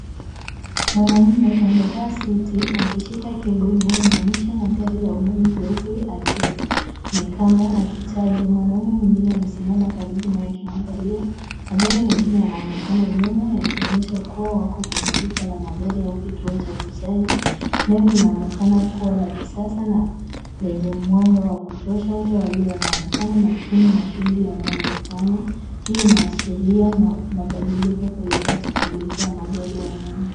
Mwanaume amevaa suti akishika kebo inayounganisha na gari la umeme jeupe akionekana akichaji. Mwanaume mwingine amesimama karibu naye akimwangalia, magari mengine yanaonekana nyuma yakionyesha kuwa wako kwenye duka la magari au kituo cha kuchaji. Eneo linaonekana kuwa la kisasa na lenye mwanga wa kutosha. Wote wawili wanaonekana makini na shughuli wanayoifanya, hii inaashiria mabadiliko kuelekea teknolojia ya magari ya umeme.